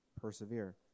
persevere